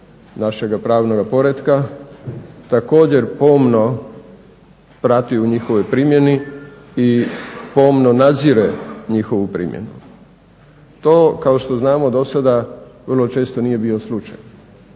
našega pravnoga poretka također pomno prati u njihovoj primjeni i pomno nadzire njihovu primjenu. To kao što znamo do sada vrlo često nije bio slučaj,